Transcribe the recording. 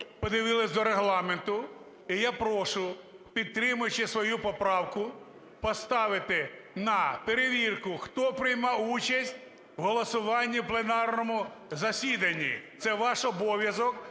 подивились до Регламенту. І я прошу, підтримуючи свою поправку, поставити на перевірку, хто приймав участь у голосуванні пленарному засіданні. Це ваш обов'язок